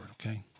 okay